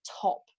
top